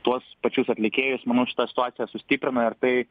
tuos pačius atlikėjus manau šita situacija sustiprina ir tai